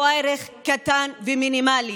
אף לא בערך קטן ומינימלי.